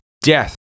death